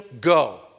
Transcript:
go